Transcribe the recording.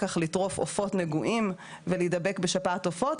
כך לטרוף עופות נגועים ולהידבק בשפעת עופות,